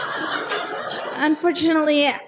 Unfortunately